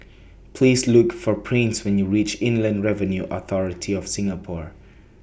Please Look For Prince when YOU REACH Inland Revenue Authority of Singapore